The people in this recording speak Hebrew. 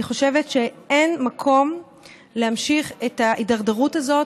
אני חושבת שאין מקום להמשיך את ההידרדרות הזאת.